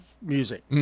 music